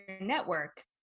network